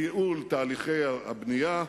לייעול תהליכי הבנייה,